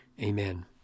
Amen